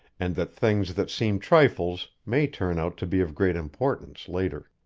and that things that seem trifles may turn out to be of great importance later.